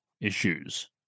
issues